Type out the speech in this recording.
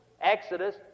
Exodus